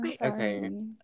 Okay